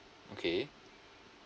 okay